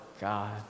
God